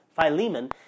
Philemon